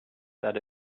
that